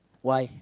why